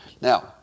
Now